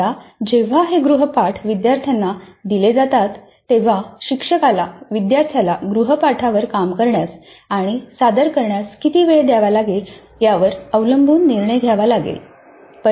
आता जेव्हा हे गृहपाठ विद्यार्थ्यांना दिले जातात तेव्हा शिक्षकाला विद्यार्थ्याला गृहपाठवर काम करण्यास आणि सादर करण्यास किती वेळ द्यावा लागेल यावर अवलंबून निर्णय घ्यावा लागेल